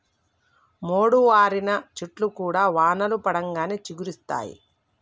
మోడువారిన చెట్లు కూడా వానలు పడంగానే చిగురిస్తయి